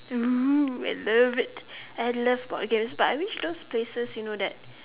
!woo! I love it I love board games but I wish those places you know that